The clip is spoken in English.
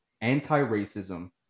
anti-racism